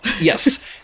Yes